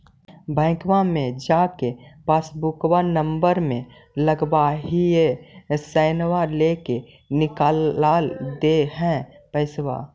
बैंकवा मे जा के पासबुकवा नम्बर मे लगवहिऐ सैनवा लेके निकाल दे है पैसवा?